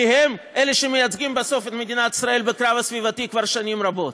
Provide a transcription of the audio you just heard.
כי הם שמייצגים בסוף את מדינת ישראל בקרב הסביבתי כבר שנים רבות.